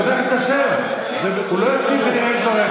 חבר הכנסת אשר, הוא לא הפריע לדבריך.